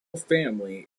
family